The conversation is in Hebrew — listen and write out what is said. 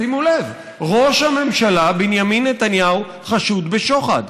שימו לב: ראש הממשלה בנימין נתניהו חשוד בשוחד.